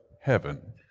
heaven